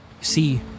see